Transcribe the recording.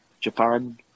Japan